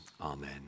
amen